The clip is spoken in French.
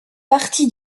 parti